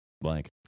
Blank